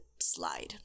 slide